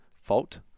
fault